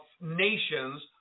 nations